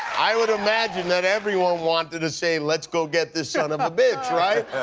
i would imagine that everyone wanted to say, let's go get the son of a bitch. right?